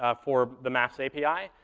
ah for the maps api,